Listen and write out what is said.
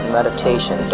meditation